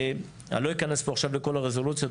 אני לא אכנס פה עכשיו לכל הרזולוציות,